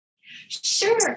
Sure